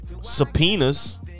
subpoenas